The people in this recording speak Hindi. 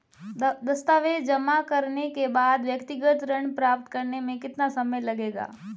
दस्तावेज़ जमा करने के बाद व्यक्तिगत ऋण प्राप्त करने में कितना समय लगेगा?